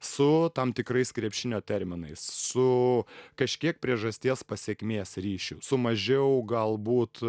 su tam tikrais krepšinio terminais su kažkiek priežasties pasekmės ryšių su mažiau galbūt